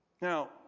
now